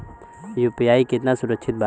UPI कितना सुरक्षित बा?